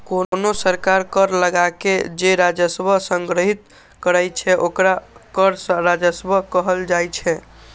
कोनो सरकार कर लगाके जे राजस्व संग्रहीत करै छै, ओकरा कर राजस्व कहल जाइ छै